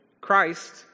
Christ